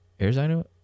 Arizona